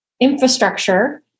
infrastructure